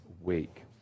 week